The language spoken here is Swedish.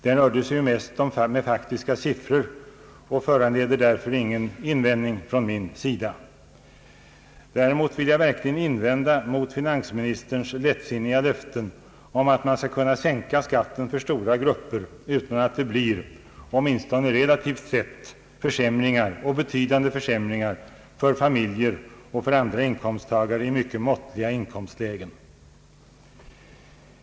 Den rörde sig mest om faktiska siffror och föranleder därför ingen invändning från min sida. Däremot vill jag verkligen invända mot finansministerns lättsinniga löften om att skatten skall kunna sänkas för stora grupper utan att det blir, åtminstone relativt sett, försämringar och betydande försämringar för familjer och för andra inkomsttagare i mycket måttliga inkomstlägen.